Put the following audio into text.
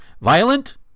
Violent